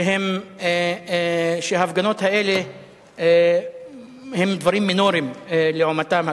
שההפגנות האלה הן דברים מינוריים לעומתם.